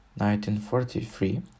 1943